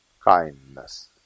kindness